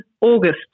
August